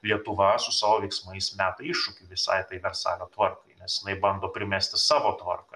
lietuva su savo veiksmais meta iššūkį visai versalio tvarkai nes bando primesti savo tvarką